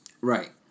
Right